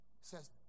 says